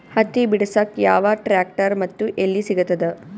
ಹತ್ತಿ ಬಿಡಸಕ್ ಯಾವ ಟ್ರ್ಯಾಕ್ಟರ್ ಮತ್ತು ಎಲ್ಲಿ ಸಿಗತದ?